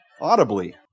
audibly